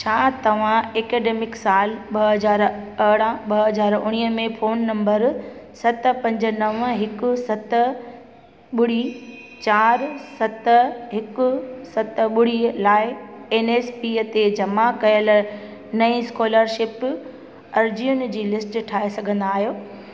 छा तव्हां एकेडमिक साल ॿ हज़ार अरिड़ह ॿ हज़ार उणिवीह में फोन नंबर सत पंज नव हिकु सत ॿुड़ी चारि सत हिकु सत ॿुड़ी लाए एन एस पीअ ते जमा कयल नई स्कॉलरशिप अर्जियुनि जी लिस्ट ठाहे सघंदा आहियो